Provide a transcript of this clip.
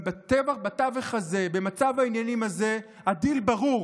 בתווך הזה, במצב העניינים הזה, הדיל ברור,